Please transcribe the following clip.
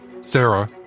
Sarah